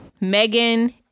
megan